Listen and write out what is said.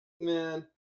Man